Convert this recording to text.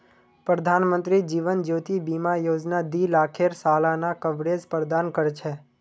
प्रधानमंत्री जीवन ज्योति बीमा योजना दी लाखेर सालाना कवरेज प्रदान कर छे